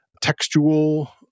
textual